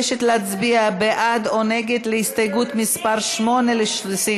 בעד, 28 חברי כנסת, 34